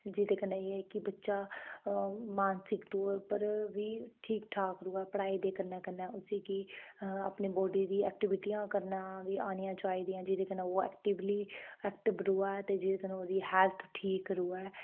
जेह्दे कन्नै एह् ऐ की बच्चा मानसक तौर पर बी ठीक ठाक रौहै पढ़ाई दे कन्नै उसी गी अपनी बाडी दियां ऐक्टीविटियां बी करना आना चाहिदियां जेह्दे कन्नै ओह् ऐक्टीविली ऐक्टिव रोहे ते जेह्दे कन्नै ओह्दी हेल्थ ठीक रौहै